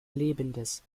lebendes